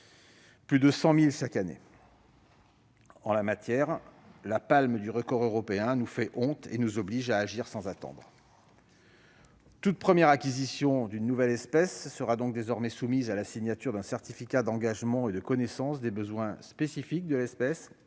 plus de 100 000 chaque année. En la matière, la palme du record européen nous fait honte et nous oblige à agir sans attendre. Toute première acquisition d'un animal de compagnie sera donc désormais soumise à la signature d'un certificat d'engagement et de connaissance des besoins spécifiques de l'espèce